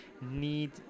need